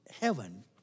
heaven